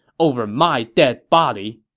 over my dead body!